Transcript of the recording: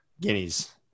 Guineas